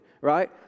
right